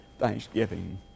Thanksgiving